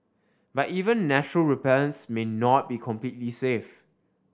but even natural repellents may not be completely safe